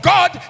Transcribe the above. God